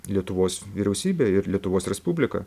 lietuvos vyriausybė ir lietuvos respublika